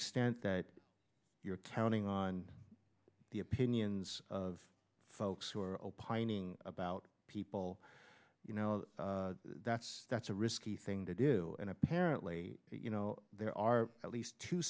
extent that you're counting on the opinions of folks who are opining about people you know that's that's a risky thing to do and apparently you know there are at least two